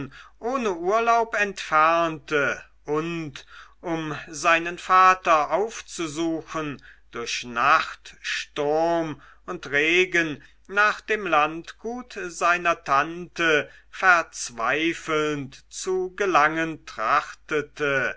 ohne urlaub entfernte und um seinen vater aufzusuchen durch nacht sturm und regen nach dem landgut seiner tante verzweifelnd zu gelangen